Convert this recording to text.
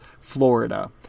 florida